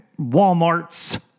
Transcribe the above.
Walmarts